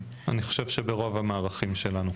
אני חושב שברוב המערכים שלנו.